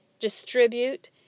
distribute